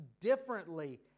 differently